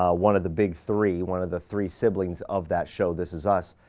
ah one of the big three, one of the three siblings of that show this is us.